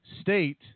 state